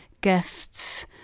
gifts